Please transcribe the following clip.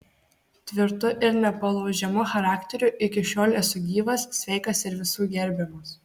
tvirtu ir nepalaužiamu charakteriu iki šiol esu gyvas sveikas ir visų gerbiamas